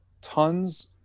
tons